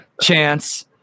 chance